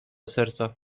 serca